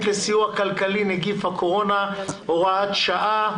לסיוע כלכלי (נגיף הקורונה החדש) (הוראת שעה)